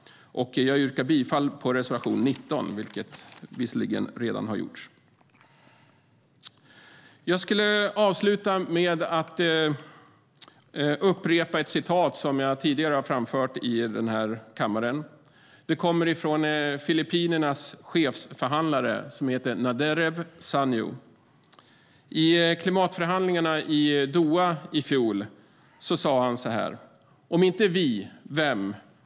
Jag yrkar bifall till reservation 19, även om det redan har gjorts. Jag avslutar med att upprepa ett citat som jag tidigare har framfört i kammaren. Det kommer från Filippinernas chefsförhandlare Naderev Saño. I klimatförhandlingarna i Doha i fjol sade han: "Om inte vi - vem?